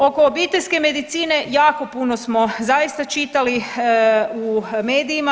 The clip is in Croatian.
Oko obiteljske medicine jako puno smo zaista čitali u medijima.